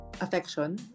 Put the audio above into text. affection